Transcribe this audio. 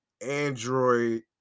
Android